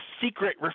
secret